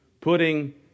putting